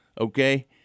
okay